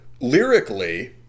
lyrically